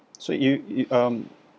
so you you um